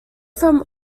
from